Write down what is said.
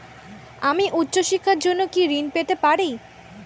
আমি উচ্চশিক্ষার জন্য কি ঋণ পেতে পারি?